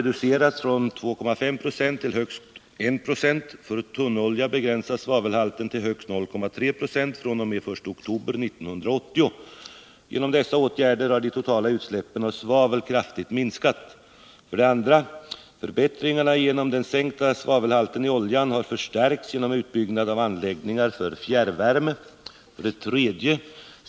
den 1 oktober 1980. Genom dessa åtgärder har de totala utsläppen av svavel kraftigt minskat. 2. Förbättringarna genom den sänkta svavelhalten i oljan har förstärkts genom utbyggnad av anläggningar för fjärrvärme. 3.